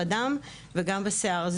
בדם וגם בשיער,